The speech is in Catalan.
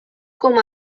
com